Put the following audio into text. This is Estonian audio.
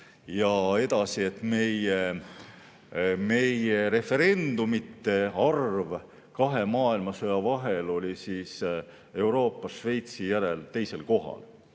Ja edasi, meie referendumite arv kahe maailmasõja vahel oli Euroopas Šveitsi järel teisel kohal.